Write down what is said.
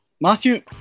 Matthew